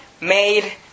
made